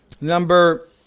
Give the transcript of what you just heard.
Number